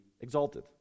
exalted